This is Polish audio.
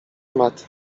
matt